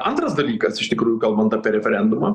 antras dalykas iš tikrųjų kalbant apie referendumą